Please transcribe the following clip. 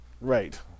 Right